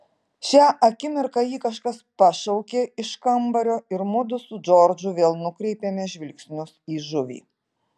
šią akimirką jį kažkas pašaukė iš kambario ir mudu su džordžu vėl nukreipėme žvilgsnius į žuvį